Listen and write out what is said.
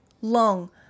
long